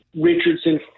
Richardson